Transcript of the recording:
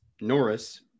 Norris